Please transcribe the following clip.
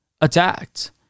attacked